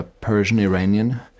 Persian-Iranian